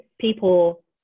people